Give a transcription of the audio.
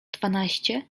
dwanaście